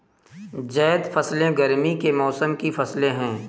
ज़ैद फ़सलें गर्मी के मौसम की फ़सलें हैं